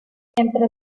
entre